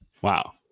Wow